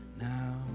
now